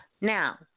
Now